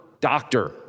doctor